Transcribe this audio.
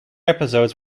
episodes